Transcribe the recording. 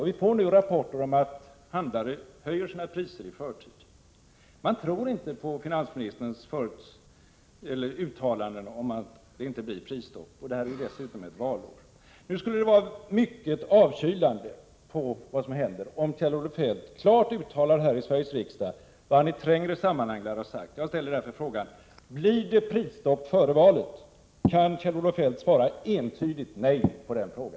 Och vi får nu rapporter om att handlare höjer sina priser i förtid. Man tror inte på finansministerns uttalanden om att det inte blir prisstopp. I år är det dessutom valår. Nu skulle det vara mycket avkylande på vad som händer om Kjell-Olof Feldt klart uttalade här i Sveriges riksdag vad han i trängre sammanhang lär ha sagt. Jag ställer därför frågan: Blir det ett prisstopp före valet? Kan Kjell-Olof Feldt svara entydigt nej på denna fråga?